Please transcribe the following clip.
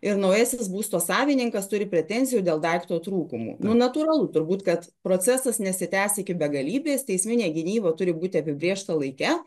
ir naujasis būsto savininkas turi pretenzijų dėl daikto trūkumų nu natūralu turbūt kad procesas nesitęs iki begalybės teisminė gynyba turi būti apibrėžta laike